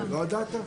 לא הודעת?